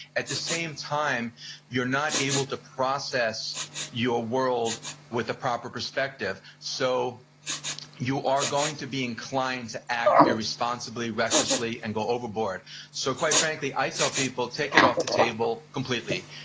at the same time you're not able to process your world with a proper perspective, so you are going to be inclined to act irresponsibly, recklessly, and go over board so quite frankly i tell people, take it off the table completely.